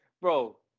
Bro